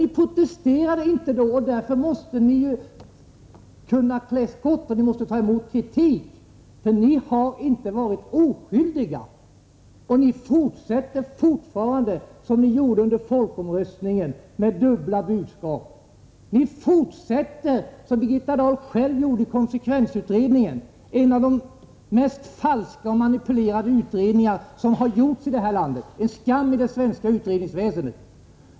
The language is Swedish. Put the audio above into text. Ni protesterade inte då, och därför måste ni ju klä skott och ta emot kritik. Ni har inte varit oskyldiga, och ni fortsätter på samma sätt som inför folkomröstningen med dubbla budskap. Ni fortsätter som Birgitta Dahl själv gjorde i konsekvensutredningen, en av de mest falska och manipulerade utredningar som har gjorts i det här landet, en skam för det svenska utredningsväsendet.